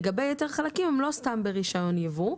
לגבי יתר החלקים, הם לא סתם ברישיון יבוא.